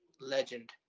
Legend